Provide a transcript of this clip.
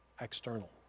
external